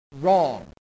wrong